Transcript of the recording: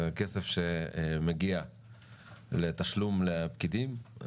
זה כסף שמגיע לתשלום לפקידים,